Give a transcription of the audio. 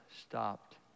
stopped